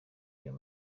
iyo